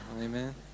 Amen